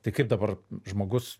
tai kaip dabar žmogus